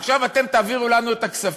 עכשיו אתם תעבירו לנו את הכספים.